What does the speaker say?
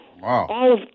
Wow